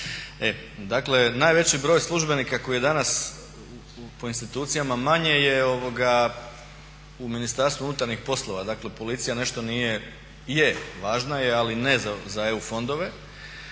Dakle najveći broj službenika koji je danas po institucijama manje je u Ministarstvu unutarnjih poslova, dakle policija nešto nije, je, važna je ali ne za EU fondove.